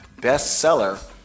bestseller